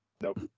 nope